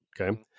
Okay